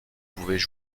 pouvaient